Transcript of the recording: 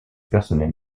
personnel